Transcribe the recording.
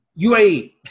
UAE